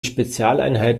spezialeinheit